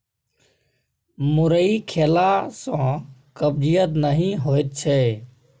मुरइ खेला सँ कब्जियत नहि होएत छै